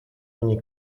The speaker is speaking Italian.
ogni